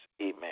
Amen